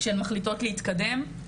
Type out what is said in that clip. כשהן מחליטות להתקדם.